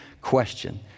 question